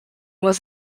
was